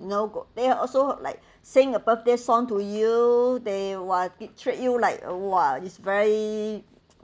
you know they also like singing a birthday song to you they !wah! treat you like a !wah! is very